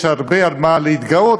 יש הרבה במה להתגאות.